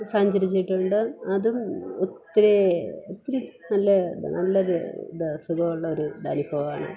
സഞ്ചരിച്ചിട്ടുണ്ട് അതും ഒത്തിരി ഒത്തിരി നല്ലതാണ് നല്ല ഒരു താ സുഖമുള്ള ഒരു അനുഭവമാണ്